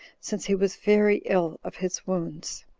since he was very ill of his wounds.